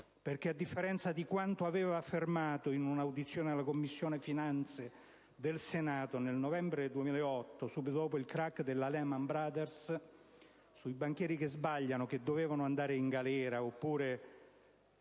perché, a differenza di quanto aveva affermato in un'audizione alla Commissione finanze del Senato nel novembre del 2008, subito dopo il *crack* della Lehman Brothers, sui banchieri che sbagliano, che dovevano andare in galera oppure